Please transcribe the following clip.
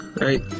right